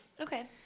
Okay